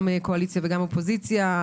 קואליציה ואופוזיציה.